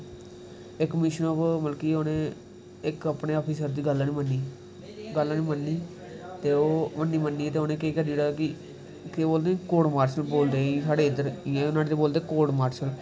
इक मिशन पर उ'नैं मतलब कि इक अपने आफिसर दी गल्ल नेईं मन्नी गल्ल नेईं मन्नी ते उन्न केह् करी ओड़ेआ कि केह् बोलेदे कोटमार्शल बोलदे साढ़े इद्धर इ'यां बोलदे कोटमार्सल